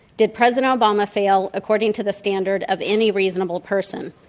did president obama fail according to the standard of any reasonable person?